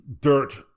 dirt